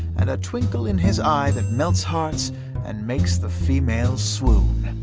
and a twinkle in his eye that melts hearts and makes the females swoon.